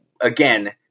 again